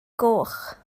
goch